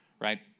right